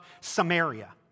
Samaria